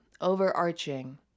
overarching